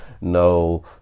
no